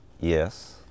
Yes